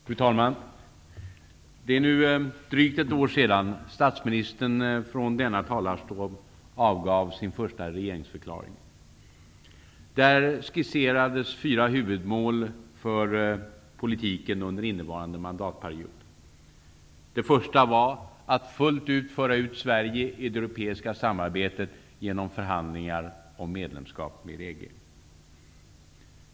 Fru talman! Det är nu drygt ett år sedan statsministern från denna talarstol avgav sin första regeringsförklaring. Där skisserades fyra huvudmål för politiken under innevarande mandatperiod. Det första var att fullt ut föra Sverige in i det europeiska samarbetet genom förhandlingar om medlemskap med EG.